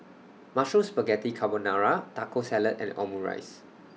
Mushroom Spaghetti Carbonara Taco Salad and Omurice